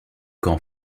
quand